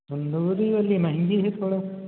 तंदूरी वाली महँगी है थोड़ा